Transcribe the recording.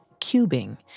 cubing